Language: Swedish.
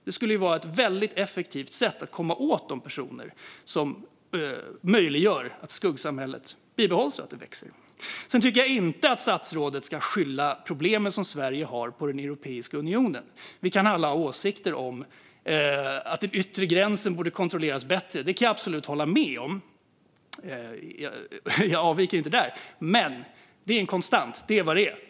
Det skulle vara ett väldigt effektivt sätt att komma åt de personer som möjliggör att skuggsamhället bibehålls och att det växer. Sedan tycker jag inte att statsrådet ska skylla de problem som Sverige har på Europeiska unionen. Vi kan alla ha åsikter om att den yttre gränsen borde kontrolleras bättre. Det kan jag absolut hålla med om; jag avviker inte där. Men det är en konstant. Det är vad det är.